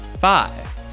five